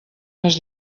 més